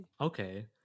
okay